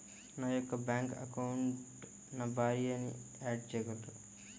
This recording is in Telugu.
నా యొక్క బ్యాంక్ అకౌంట్కి నా భార్యని యాడ్ చేయగలరా?